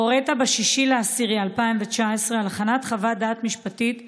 הורית ב-6 באוקטובר 2019 על הכנת חוות דעת משפטית בעבורך.